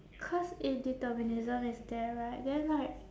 cause if determinism is there right then like